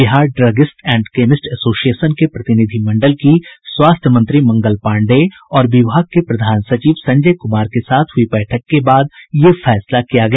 Bihar druggist and chemist association के प्रतिनिधि मंडल की स्वास्थ्य मंत्री मंगल पांडेय और विभाग के प्रधान सचिव संजय कुमार के साथ हुई बैठक के बाद यह फैसला किया गया